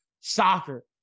soccer